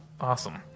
Awesome